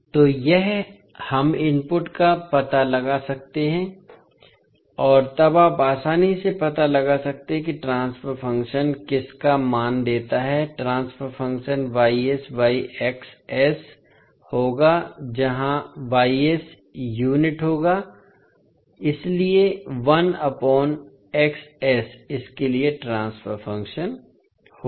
तो यह हम इनपुट का पता लगा सकते हैं और तब आप आसानी से पता लगा सकते हैं कि ट्रांसफर फ़ंक्शन किस का मान देता है ट्रांसफर फ़ंक्शन होगा यहां यूनिट होगा इसलिए इसके लिए ट्रांसफर फ़ंक्शन होगा